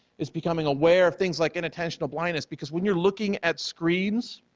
is becoming aware of things like inattentional blindness because when you're looking at screens,